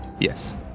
Yes